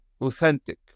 authentic